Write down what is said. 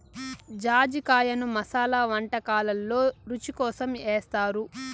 జాజికాయను మసాలా వంటకాలల్లో రుచి కోసం ఏస్తారు